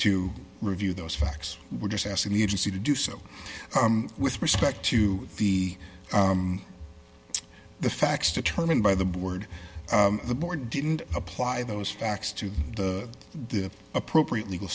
to review those facts we're just asking the agency to do so with respect to the the facts determined by the board the board didn't apply those facts to the appropriate legal